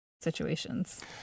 situations